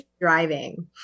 driving